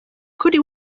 kuri